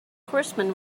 horseman